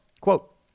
Quote